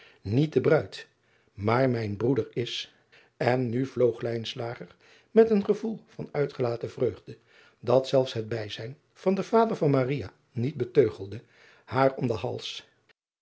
niet de bruid maar mijn broeder is n nu vloog met een gevoel van uitgelaten vreugde dat zelfs het bijzijn van den vader van niet beteugelde haar om den hals